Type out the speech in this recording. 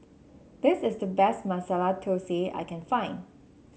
this is the best Masala Thosai I can find